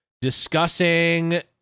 discussing